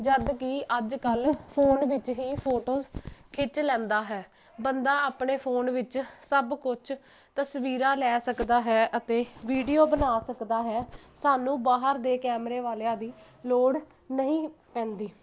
ਜਦ ਕਿ ਅੱਜ ਕੱਲ੍ਹ ਫੋਨ ਵਿੱਚ ਹੀ ਫੋਟੋਸ ਖਿੱਚ ਲੈਂਦਾ ਹੈ ਬੰਦਾ ਆਪਣੇ ਫੋਨ ਵਿੱਚ ਸਭ ਕੁਛ ਤਸਵੀਰਾਂ ਲੈ ਸਕਦਾ ਹੈ ਅਤੇ ਵੀਡੀਓ ਬਣਾ ਸਕਦਾ ਹੈ ਸਾਨੂੰ ਬਾਹਰ ਦੇ ਕੈਮਰੇ ਵਾਲਿਆਂ ਦੀ ਲੋੜ ਨਹੀਂ ਪੈਂਦੀ